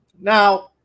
Now